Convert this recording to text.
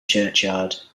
churchyard